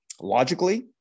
logically